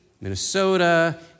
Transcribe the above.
Minnesota